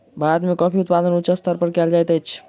भारत में कॉफ़ी उत्पादन बहुत उच्च स्तर पर कयल जाइत अछि